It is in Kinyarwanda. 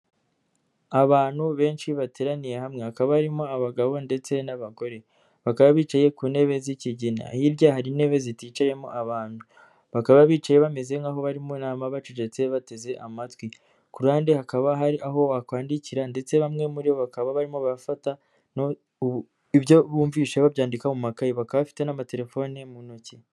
Abantu benshi bateraniye hamwe hakaba barimo abagabo ndetse n'abagore, bakaba bicaye ku ntebe zi'ikigina hirya hari intebe ziticayemo abantu. Bakaba bicaye bameze nk'aho bari mu nama, bacecetse bateze amatwi. Kuruhande hakaba hari aho bakwandikira ndetse bamwe muri bo bakaba barimo barafata ibyo bumvise babyandika mu makayi. Bakaba bafite n'amatefone mu ntoki.